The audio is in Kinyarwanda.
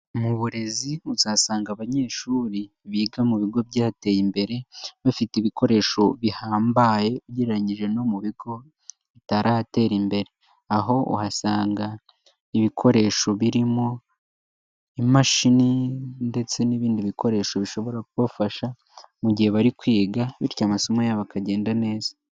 Mu burezi muzasanga abanyeshuri biga mu bigo byateye imbere, bafite ibikoresho bihambaye ugereranyije no mu bigo bitaratera imbere. Aho uhasanga ibikoresho birimo imashini ndetse n'ibindi bikoresho bishobora kubafasha mu gihe bari kwiga bityo amasomo yabo akagenda neza.